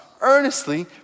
earnestly